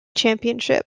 championship